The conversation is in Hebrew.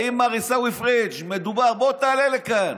האם מר עיסאווי פריג' בוא תעלה לכאן.